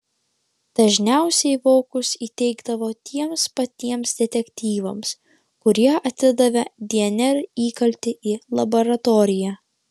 dažniausiai vokus įteikdavo tiems patiems detektyvams kurie atidavė dnr įkaltį į laboratoriją